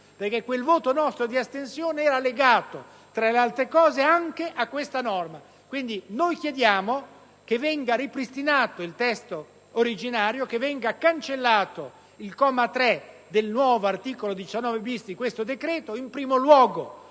Senato; quel nostro voto di astensione, infatti, era legato, tra le altre cose, anche a questa norma. Pertanto, noi chiediamo che venga ripristinato il testo originario, che venga cancellato il comma 3 del nuovo articolo 19-*bis* del decreto, in primo luogo